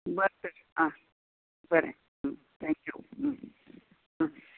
बरें तर आं बरें थँक्यू